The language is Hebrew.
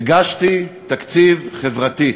הגשתי תקציב חברתי.